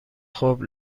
خوب